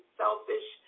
selfish